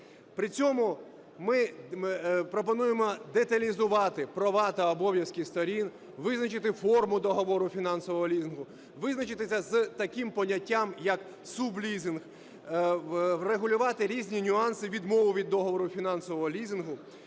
При цьому ми пропонуємо деталізувати права та обов'язки сторін, визначити форму договору фінансового лізингу, визначитись з таким поняттям, як сублізинг, врегулювати різні нюанси відмови від договору фінансового лізингу,